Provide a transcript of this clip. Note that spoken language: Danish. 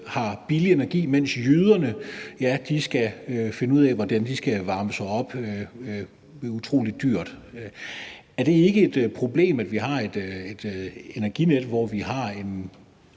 har billig energi, mens jyderne skal finde ud af, hvordan de skal varme op med utrolig dyr energi. Er det ikke et problem, at vi har et energinet, hvor vi har en